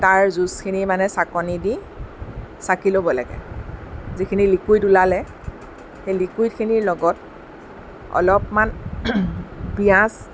তাৰ জুচখিনি মানে চাকনি দি চাকি ল'ব লাগে যিখিনি লিকুইড ওলালে সেই লিকুইডখিনিৰ লগত অলপমান পিঁয়াজ